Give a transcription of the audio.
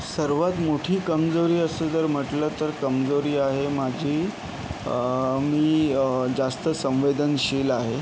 सर्वात मोठी कमजोरी असं जर म्हटलं तर कमजोरी आहे माझी मी जास्त संवेदनशील आहे